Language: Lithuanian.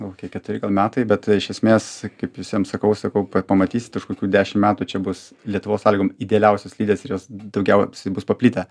kokie keturi gal metai bet iš esmės kaip visiem sakau sakau pamatysit už kokių dešim metų čia bus lietuvos sąlygom idealiausios slidės ir jos daugiausiai bus paplitę